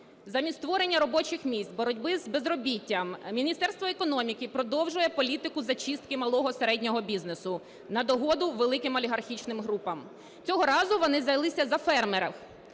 Замість створення робочих місць, боротьби з безробіттям Міністерство економіки продовжує політику зачистки малого, середнього бізнесу на догоду великим олігархічним групам. Цього разу вони взялися за фермерів.